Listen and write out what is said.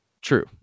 True